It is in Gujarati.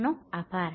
આપનો ખૂબ ખૂબ આભાર